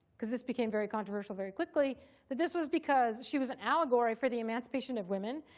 because this became very controversial very quickly that this was because she was an allegory for the emancipation of women,